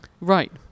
Right